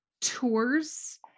tours